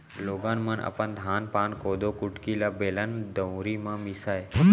लोगन मन अपन धान पान, कोदो कुटकी ल बेलन, दउंरी म मीसय